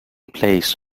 plays